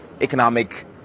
economic